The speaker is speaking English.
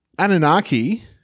Anunnaki